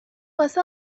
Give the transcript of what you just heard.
واسه